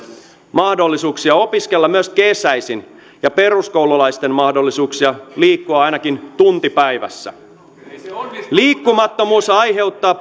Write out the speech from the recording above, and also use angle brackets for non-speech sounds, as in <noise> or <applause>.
mahdollisuuksia opiskella myös kesäisin ja peruskoululaisten mahdollisuuksia liikkua ainakin tunti päivässä paitsi että liikkumattomuus aiheuttaa <unintelligible>